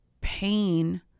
pain